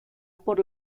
por